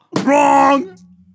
wrong